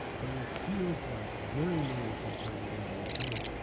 but it feels like very little compared to what i was doing.